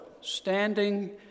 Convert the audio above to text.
standing